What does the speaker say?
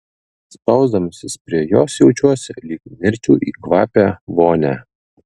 spausdamasis prie jos jaučiuosi lyg nirčiau į kvapią vonią